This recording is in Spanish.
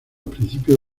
principios